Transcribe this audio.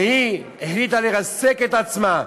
שהיא החליטה לרסק את עצמה,